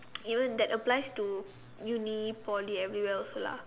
even that applies to uni Poly everywhere else lah